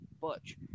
Butch